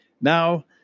Now